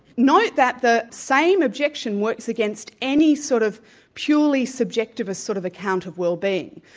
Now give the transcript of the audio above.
note that the same objection works against any sort of purely subjective sort of account of wellbeing,